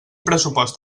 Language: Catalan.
pressupost